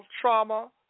trauma